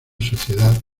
sociedad